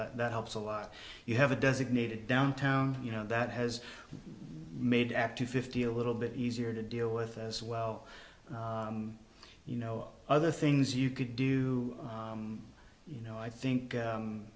that helps a lot you have a designated downtown you know that has made after fifty a little bit easier to deal with as well you know other things you could do you know i think